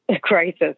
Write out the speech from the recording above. crisis